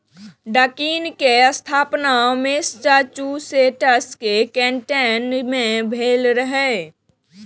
Dunkin के स्थापना Massachusetts के कैन्टोन मे भेल रहै